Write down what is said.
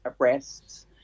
arrests